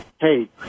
hey